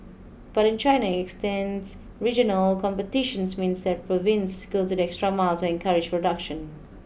but in China extends regional competitions means that province go the extra miles to encourage production